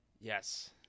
Yes